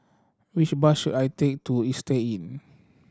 which bus should I take to Istay Inn